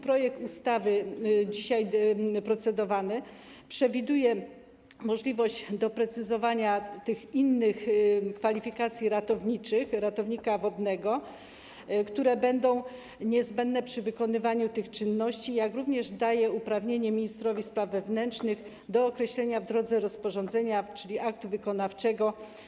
Procedowany dzisiaj projekt ustawy przewiduje możliwość doprecyzowania tych innych kwalifikacji ratowniczych ratownika wodnego, które będą niezbędne przy wykonywaniu tych czynności, jak również daje uprawnienie ministrowi spraw wewnętrznych do określenia tych kwalifikacji w drodze rozporządzenia, czyli aktu wykonawczego.